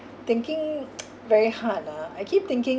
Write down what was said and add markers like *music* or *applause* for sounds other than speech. thinking *noise* very hard ah I keep thinking